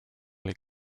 les